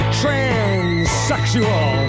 transsexual